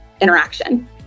interaction